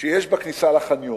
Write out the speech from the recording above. שיש בכניסה לחניון.